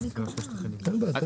החקלאית,